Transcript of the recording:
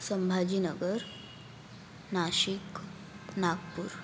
Sambhajinagar Nashik Nagpur